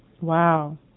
Wow